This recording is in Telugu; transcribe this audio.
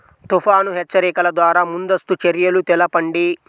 తుఫాను హెచ్చరికల ద్వార ముందస్తు చర్యలు తెలపండి?